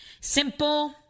Simple